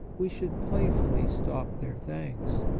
we should play fully stop their thanks,